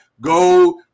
Go